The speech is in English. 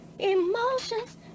Emotions